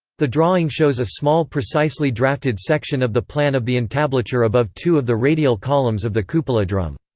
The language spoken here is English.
the drawing shows a small precisely drafted section of the plan of the entablature above two of the radial columns of the cupola drum.